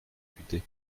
député